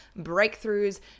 breakthroughs